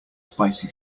spicy